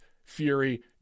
fury